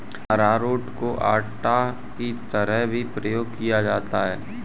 अरारोट को आटा की तरह भी प्रयोग किया जाता है